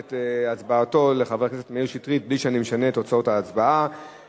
לחוק הנהיגה הספורטיבית, התשס"ו 2005,